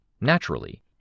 Naturally